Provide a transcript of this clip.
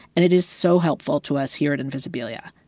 and it is so helpful to us here at invisibilia.